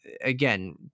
again